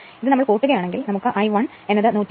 ഇത് നമ്മൾ കൂട്ടുക ആണെങ്കിൽ നമുക്ക് I 1103